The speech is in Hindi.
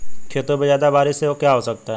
खेतों पे ज्यादा बारिश से क्या हो सकता है?